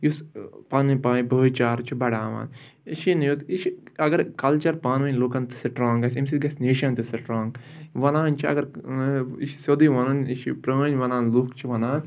یُس پَنٕنۍ پَنٕںۍ بٲے چارٕ چھِ بَڑاوان یہِ چھِنہٕ یُتھ یہِ چھِ اگر کَلچَر پانہٕ ؤنۍ لُکَن سٕٹرٛانٛگ گژھِ اَمہِ سۭتۍ گژھِ نیشَن تہِ سٕٹرٛانٛگ وَنان چھِ اگر یہِ چھِ سیٚودُے وَنُن یہِ چھِ پرٛٲنۍ وَنان لُکھ چھِ وَنان